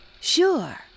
Sure